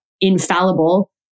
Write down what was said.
infallible